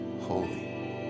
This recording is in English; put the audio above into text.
holy